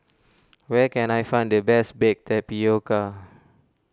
where can I find the best Baked Tapioca